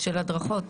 של הדרכות.